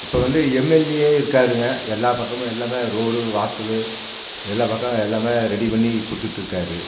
இப்போ வந்து எம்எல்ஏ இருக்காருங்க எல்லா பக்கமும் எல்லாமே ரோடு வாசலு எல்லா பக்கம் எல்லாமே ரெடி பண்ணி கொடுத்துட்ருக்காரு